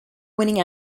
winning